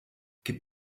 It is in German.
gib